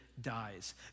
dies